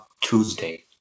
Tuesday